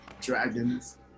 dragons